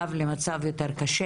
המצב למצב שהוא יותר קשה.